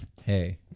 Hey